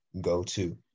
go-to